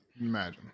Imagine